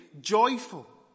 joyful